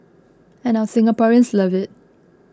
and our Singaporeans love it